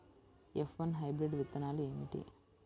F one hybrid విత్తనాలు ఏమిటి?